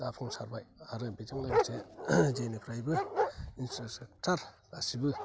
जाफुंसारबाय आरो बेजों लोगोसे जेनिफ्रायबो इनप्रास्ट्राकसार गासिबो